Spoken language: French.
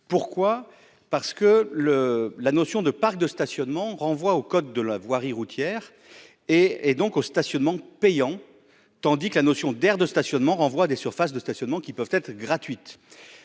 pourquoi, parce que le la notion de parcs de stationnement renvoie au code de la voirie routière et et donc au stationnement payant, tandis que la notion d'aires de stationnement renvoie des surfaces de stationnement qui peuvent être gratuite